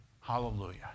Hallelujah